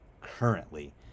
currently